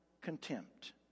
contempt